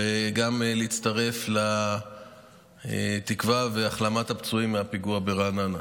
וגם להצטרף לתקווה להחלמת הפצועים מהפיגוע ברעננה.